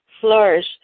flourish